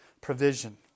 provision